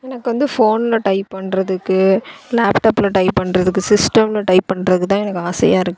எனக்கு வந்து ஃபோனில் டைப் பண்ணுறதுக்கு லேப்டப்பில் டைப் பண்ணுறதுக்கு சிஸ்டமில் டைப் பண்ணுறக்கு தான் எனக்கு ஆசையாக இருக்குது